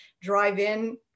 drive-in